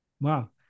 Wow